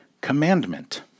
commandment